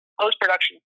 post-production